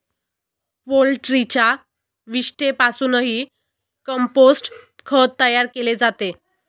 पोल्ट्रीच्या विष्ठेपासूनही कंपोस्ट खत तयार केले जाते